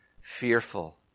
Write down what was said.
fearful